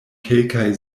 kelkaj